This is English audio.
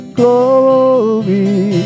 glory